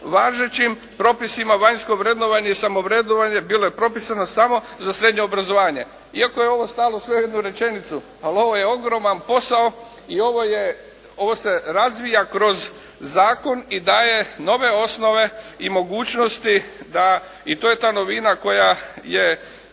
Važećim propisima vanjsko vrednovanje i samovrednovanje bilo je propisano za samo za srednje obrazovanje. Iako je ovo stalo sve u jednu rečenicu ali ovo je ogroman posao i ovo je, ovo se razvija kroz zakon i daje nove osnove i mogućnosti da i to je ta novina koja je